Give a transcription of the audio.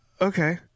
Okay